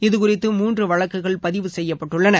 இதுகுறித்து மூன்று வழக்குகள் பதிவு செய்யப்பட்டுள்ளன